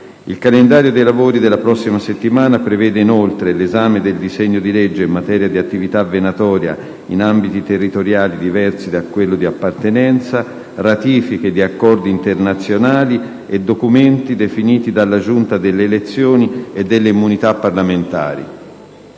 Il calendario dei lavori della prossima settimana prevede inoltre 1'esame del disegno di legge in materia di attività venatoria in ambiti territoriali diversi da quello di appartenenza, ratifiche di accordi internazionali e documenti definiti dalla Giunta delle elezioni e delle immunità parlamentari.